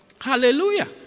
Hallelujah